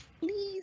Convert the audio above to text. Please